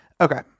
okay